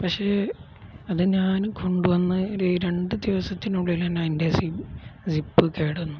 പക്ഷേ അതു ഞാൻ കൊണ്ടുവന്ന് ഒരു രണ്ടു ദിവസത്തിനുള്ളില്ത്തന്നെ അതിന്റെ സിപ്പ് കേടുവന്നു